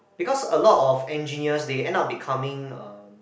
because a lot of engineers they end up becoming uh